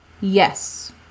Yes